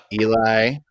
Eli